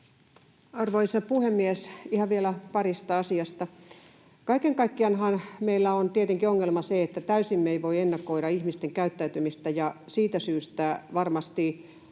Arvoisa puhemies! Ihan vielä parista asiasta: Kaiken kaikkiaanhan meillä on tietenkin ongelmana se, että täysin me ei voida ennakoida ihmisten käyttäytymistä, ja siitä syystä varmasti, vaikka